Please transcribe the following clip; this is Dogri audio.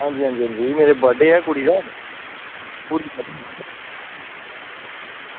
अंजी अंजी मेरा बर्थ डे ऐ कुड़ी दा